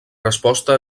resposta